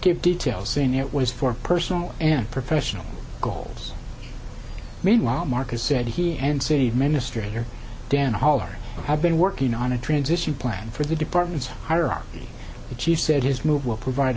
give details saying it was for personal and professional goals meanwhile marcus said he and city administrator dan holler have been working on a transition plan for the department's hierarchy the chief said his move will provide